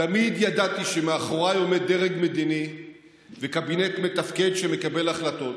תמיד ידעתי שמאחוריי עומד דרג מדיני וקבינט מתפקד שמקבל החלטות.